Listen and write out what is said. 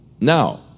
Now